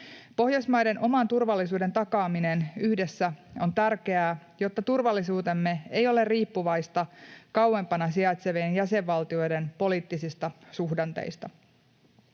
Pohjoismaiden oman turvallisuuden takaaminen yhdessä on tärkeää, jotta turvallisuutemme ei ole riippuvaista kauempana sijaitsevien jäsenvaltioiden poliittisista suhdanteista.